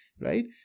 Right